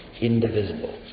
indivisible